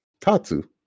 Tatsu